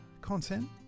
content